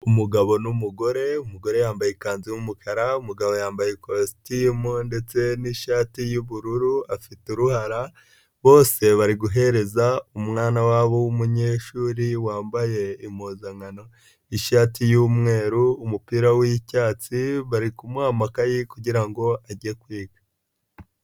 Umugabo n'umugore, umugore yambaye ikanzu y'umukara umugabo yambaye ikositimu ndetse nishati y'ubururu, afite uruhara, bose bari guhereza umwana wabo w'umunyeshuri wambaye impuzankano y'ishati y'umweru n'umupira w'icyatsi, bari kumuha amakaye kugira ngo ajye kwiga.